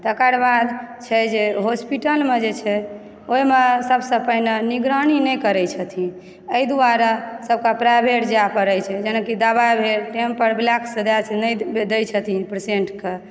तकर बाद छै जे हॉस्पिटलमे जे छै ओहिमे सभसँ पहिने निगरानी नहि करैत छथिन एहि दुआरे सभकेँ प्राइवेट जाय पड़ैत छै जेनाकि दबाइ भेल टाइम पर ब्लैकसँ दैत छै नहि दय छथिन पेसेन्टकऽ